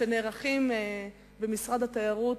שנערכים במשרד התיירות,